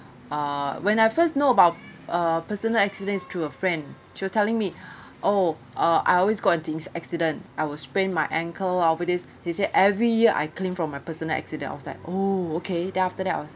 uh when I first know about uh personal accident is through a friend she was telling me oh uh I always got uh accident I will sprain my ankle over this he said every year I claim from my personal accident I was like oh okay then after that I was